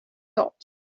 got